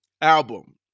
album